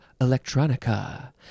Electronica